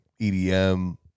edm